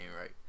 right